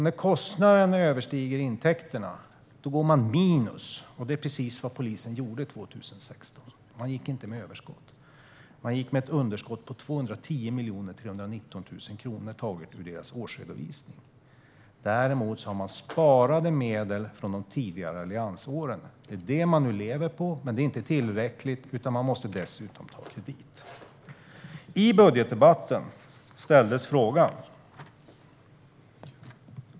När kostnaderna överstiger intäkterna går man minus, och det är precis vad polisen gjorde 2016. Man gick inte med överskott, utan man gick med ett underskott på 210 319 000 kronor. Det är taget ur deras årsredovisning. Däremot har man sparade medel från de tidigare alliansåren, och det är dem man lever på nu. Men det är inte tillräckligt, utan man måste dessutom ta kredit. I budgetdebatten ställdes frågan.